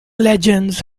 legends